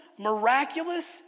miraculous